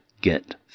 get